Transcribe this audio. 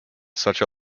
such